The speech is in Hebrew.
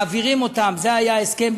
מעבירים אותם, זה היה ההסכם.